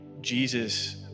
Jesus